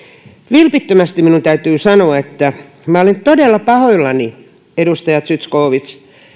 vilpittömästi minun täytyy sanoa että minä olen todella pahoillani edustaja zyskowicz